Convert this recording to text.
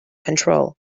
control